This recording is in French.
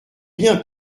bien